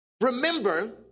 Remember